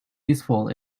useful